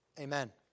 Amen